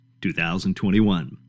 2021